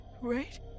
right